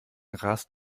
rast